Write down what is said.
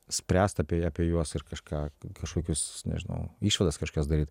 spręst apie apie juos ir kažką kažkokius nežinau išvadas kažkokias daryt